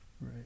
Right